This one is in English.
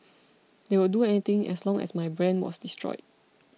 they would do anything as long as my brand was destroyed